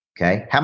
Okay